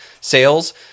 sales